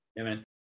Amen